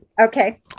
okay